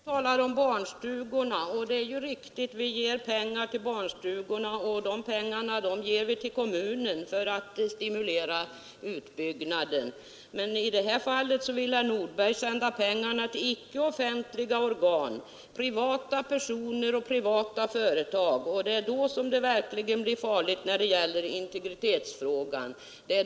Herr talman! Herr Nordberg talar om barnstugorna. Det är riktigt att vi ger pengar till barnstugorna, och de pengarna ger vi kommunen för att stimulera utbyggnaden. Men i detta fall vill herr Nordberg sända pengarna till icke offentliga organ, privata personer och privata företag. Då blir det verkligen farligt med avseende på integriteten.